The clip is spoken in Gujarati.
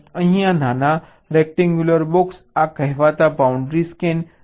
અહીં આ નાના રેક્ટેન્ગ્યુલર બોક્સ આ કહેવાતા બાઉન્ડ્રી સ્કેન સેલ્સ છે